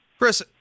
Chris